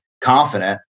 confident